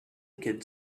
kids